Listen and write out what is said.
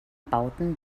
bauten